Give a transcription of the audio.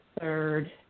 third